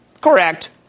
Correct